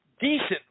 decent